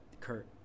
Kurt